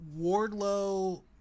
Wardlow